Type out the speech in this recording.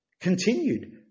Continued